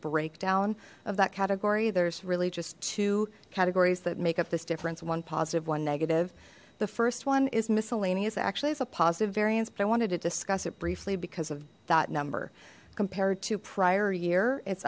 breakdown of that category there's really just two categories that make up this difference one positive one negative the first one is miscellaneous actually it's a positive variance but i wanted to discuss it briefly because of that number compared to prior year it's